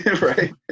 right